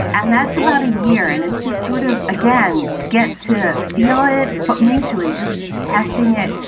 and that's about a year. and it's just sort of again, to get to feel it. but mutually, just testing it,